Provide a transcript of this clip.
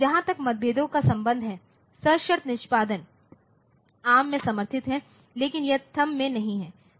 जहां तक मतभेदों का संबंध है सशर्त निष्पादन एआरएम में समर्थित है लेकिन यह थंब में नहीं है